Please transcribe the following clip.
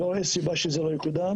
אין סיבה שזה לא יקודם.